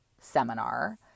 seminar